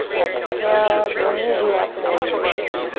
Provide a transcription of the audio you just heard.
exhale brings you up, warrior two.